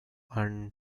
and